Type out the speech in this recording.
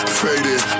faded